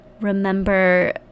remember